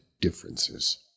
differences